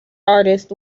artist